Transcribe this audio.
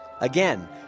Again